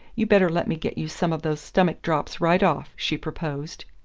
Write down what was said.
you better let me get you some of those stomach drops right off, she proposed.